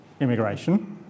immigration